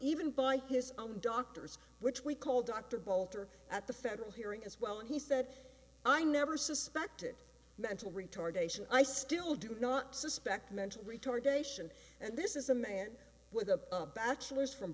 even by his own doctors which we call dr bolter at the federal hearing as well in he said i never suspected mental retardation i still do not suspect mental retardation and this is a man with a bachelor's from